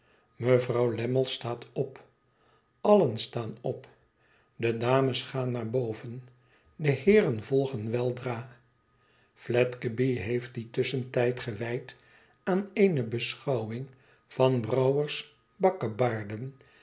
mevrouw lammie staat op allen staan op de dames gaan naar boven de heeren volgen weldra fledgeby hedt dien tusschentijd gewijd aan eene beschouwing van brouwer